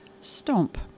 Stomp